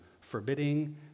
forbidding